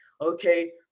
Okay